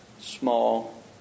small